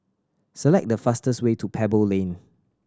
select the fastest way to Pebble Lane